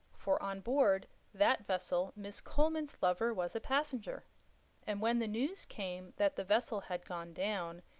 for on board that vessel miss coleman's lover was a passenger and when the news came that the vessel had gone down,